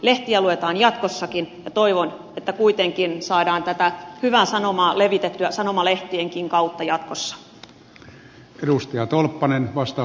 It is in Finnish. lehtiä luetaan jatkossakin ja toivon että kuitenkin saadaan tätä hyvää sanomaa levitettyä sanomalehtienkin kautta jatkossa